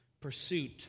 pursuit